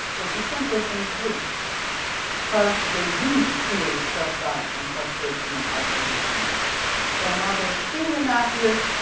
it's the simpler thing to do because they do create self doubt and frustration and isolation and while they seem innocuous,